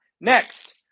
next